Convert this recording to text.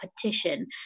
petition